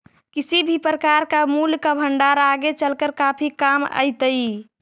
किसी भी प्रकार का मूल्य का भंडार आगे चलकर काफी काम आईतई